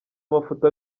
amafoto